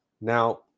Now